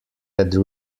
had